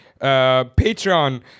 Patreon